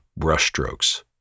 brushstrokes